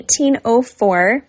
1804